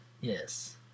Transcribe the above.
Yes